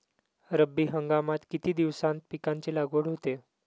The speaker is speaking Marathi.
रब्बी हंगामात किती दिवसांत पिकांची लागवड होते?